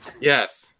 yes